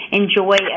enjoy